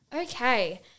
Okay